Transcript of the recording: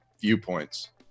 viewpoints